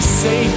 say